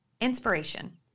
inspiration